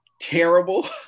terrible